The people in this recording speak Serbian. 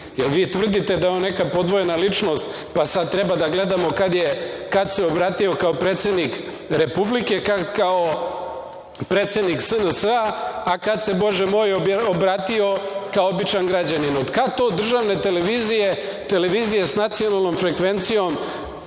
vi tvrdite da je on neka podvojena ličnost, pa sad treba da gledamo kada se obratio kao predsednik Republike, kada kao predsednik SNS-a, a kad se, bože moj, obratio kao običan građanin? Od kad to državne televizije, televizije sa nacionalnom frekvencijom